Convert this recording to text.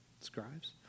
scribes